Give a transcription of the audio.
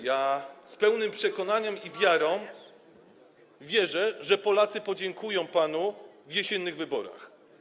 Ja mówię to z pełnym przekonaniem i wiarą, bo wierzę, że Polacy podziękują panu w jesiennych wyborach.